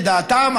לדעתם,